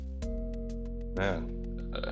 Man